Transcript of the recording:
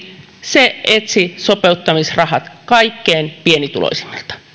se etsi sopeuttamisrahat kaikkein pienituloisimmilta